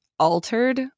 altered